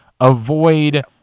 Avoid